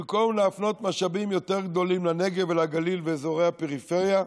במקום להפנות משאבים יותר גדולים לנגב ולגליל ולאזורי הפריפריה,